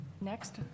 Next